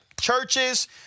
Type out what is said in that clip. churches